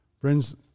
Friends